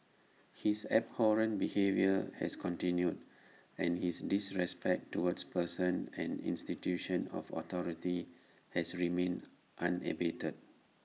his abhorrent behaviour has continued and his disrespect towards persons and institutions of authority has remained unabated